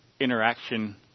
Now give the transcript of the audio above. interaction